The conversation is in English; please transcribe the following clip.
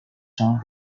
town